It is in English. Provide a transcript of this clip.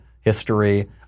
history